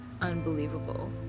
unbelievable